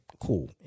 Cool